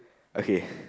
okay